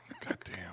Goddamn